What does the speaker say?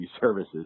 services